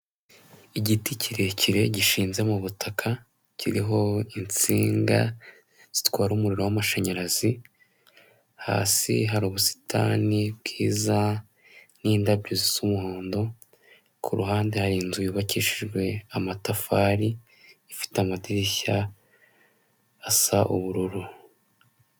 Igiti kirekire gishinze mu butaka, kiriho insinga zitwara umuriro w'amashanyarazi, hasi hari ubusitani bwiza n'indabyo zisa umuhondo, kuruhande hari inzu yubakishijwe amatafari ifite amadirishya asa ubururu.